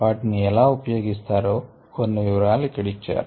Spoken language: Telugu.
వాటిని ఎలా ఉపయోగిస్తారో కొన్ని వివరాలు ఇక్కడ ఇచ్చారు